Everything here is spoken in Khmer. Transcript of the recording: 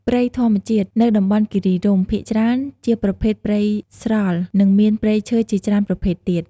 ព្រៃធម្មជាតិនៅតំបន់គិរីរម្យ ភាគច្រើនជាប្រភេទព្រៃស្រល់ និងមានព្រៃឈើជាច្រើនប្រភេទទៀត។